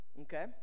okay